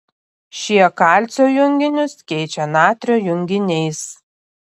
šie kalcio junginius keičia natrio junginiais